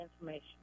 information